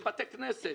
של בתי כנסת.